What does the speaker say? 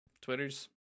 Twitters